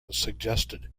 suggested